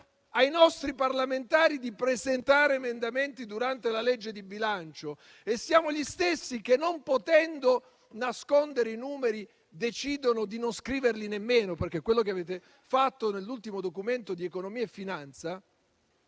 ai loro parlamentari di presentare emendamenti durante la legge di bilancio e siete gli stessi che, non potendo nascondere i numeri, decidono di non scriverli nemmeno, perché è quello che avete fatto nell'ultimo Documento di economia e finanza,